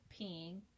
peeing